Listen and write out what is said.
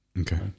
Okay